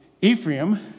Ephraim